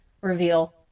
reveal